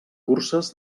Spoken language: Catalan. curses